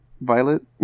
Violet